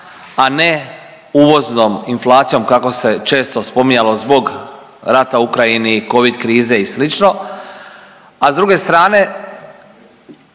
a ne uvoznom inflacijom kako se često spominjalo zbog rata u Ukrajini, covid krize i slično, a s druge strane